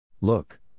Look